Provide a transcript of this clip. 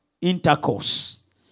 intercourse